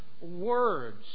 words